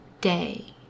day